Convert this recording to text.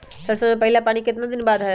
सरसों में पहला पानी कितने दिन बाद है?